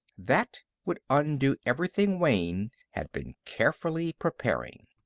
that would undo everything wayne had been carefully preparing.